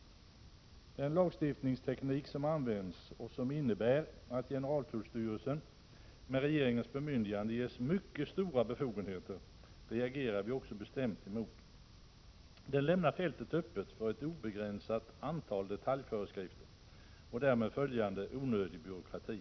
Den lagstiftningsteknik som används och som innebär att generaltullstyrelsen, med regeringens bemyndigande, ges mycket stora befogenheter reagerar vi bestämt emot. Den lämnar fältet öppet för ett obegränsat antal detaljföreskrifter och därmed följande onödig byråkrati.